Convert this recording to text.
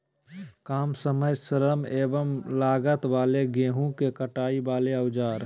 काम समय श्रम एवं लागत वाले गेहूं के कटाई वाले औजार?